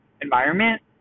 environment